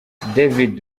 david